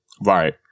Right